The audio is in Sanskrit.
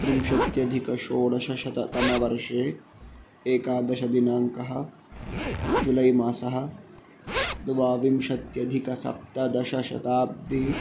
त्रिंशत्यधिकषोडशशततमवर्षे एकादशदिनाङ्कः जुलैमासः द्वाविंशत्यधिकसप्तदशशताब्दिः